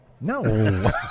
No